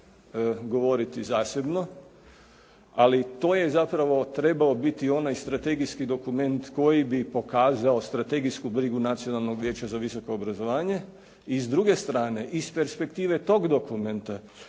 govoriti zasebno, ali to je zapravo trebao biti onaj strategijski dokument koji bi pokazao strategijsku brigu Nacionalnog vijeća za visoko obrazovanje i s druge strane iz perspektive tog dokumenta